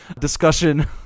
discussion